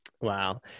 wow